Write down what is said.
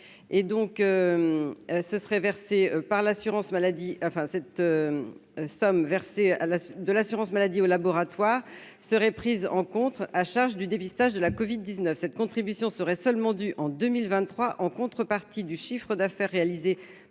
et donc ce serait versée par l'assurance maladie, enfin cette somme versée à la de l'assurance maladie au laboratoire seraient prises en compte à charge du dépistage de la Covid 19 cette contribution serait seulement du en 2023 en contrepartie du chiffre d'affaires réalisé